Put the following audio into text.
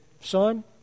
Son